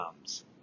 comes